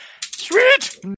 Sweet